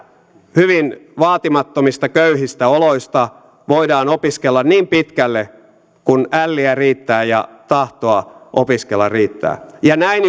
hyvin vaatimattomista köyhistä oloista voidaan opiskella niin pitkälle kuin älliä riittää ja tahtoa opiskella riittää ja näin